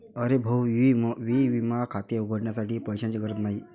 अरे भाऊ ई विमा खाते उघडण्यासाठी पैशांची गरज नाही